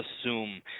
assume